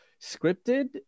scripted